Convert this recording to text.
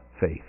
faith